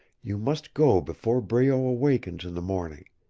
you must go before breault awakens in the morning.